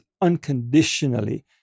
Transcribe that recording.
unconditionally